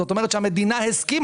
זאת אומרת שהמדינה הסכימה.